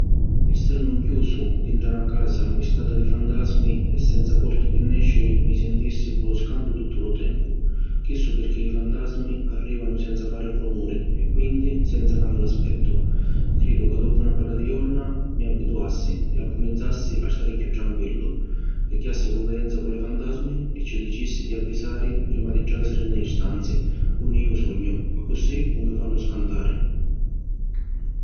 Essennu nchiusu dintra na casa mpistata di fantasmi e senza porti pi nesciri, mi sintissi cu lu scantu tuttu lu tempu. Chissu pirchì li fantasmi arrivanu senza fari rumuri e quindi senza ca mi l’aspettu. Cridu ca doppu na para di jorna mi abbituassi e accuminzassi a stari chiù tranquillu. Pigghiassi cunfidenza cu li fantasmi e ci dicissi di avvisari prima di trasiri ni li stanzi unni iu sugnu accussì ‘un mi fannu scantari.